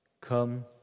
come